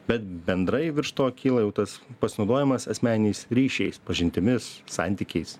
bet bendrai virš to kyla jau tas pasinaudojimas asmeniniais ryšiais pažintimis santykiais